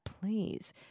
please